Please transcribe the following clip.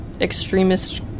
extremist